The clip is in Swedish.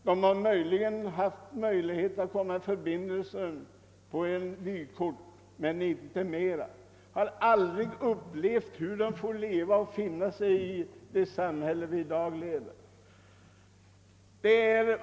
Den enda förbindelse dessa människor haft har väl skett genom ett vykort men inte på något annat sätt. De får aldrig uppleva hur vanliga människor får 1eva i vårt nuvarande samhälle.